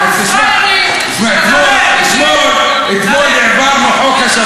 ועדת הפנים תמיד טוב.